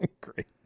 Great